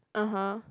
(uh huh)